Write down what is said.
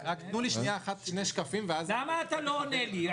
תנו לי שנייה אחת שני שקפים ואז --- למה אתה לא עונה לי?